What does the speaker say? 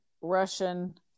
Russian